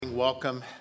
Welcome